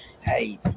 hey